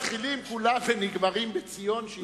מתחילים ונגמרים בציון.